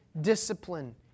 discipline